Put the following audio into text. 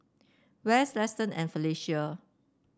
Wes Liston and Felicia